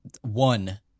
one